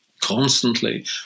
constantly